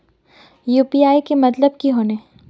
UPI के मतलब की होने?